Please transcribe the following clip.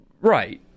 Right